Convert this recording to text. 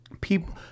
People